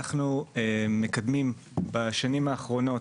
אנחנו מקדמים, בשנים האחרונות,